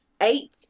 eight